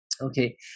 Okay